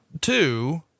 Two